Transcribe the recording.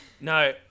No